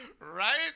Right